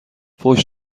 فحش